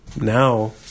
Now